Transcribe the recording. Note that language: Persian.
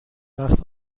وقت